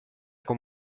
con